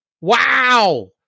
Wow